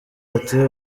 ati